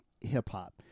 hip-hop